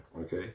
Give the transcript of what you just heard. Okay